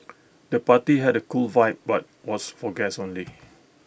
the party had A cool vibe but was for guests only